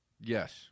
Yes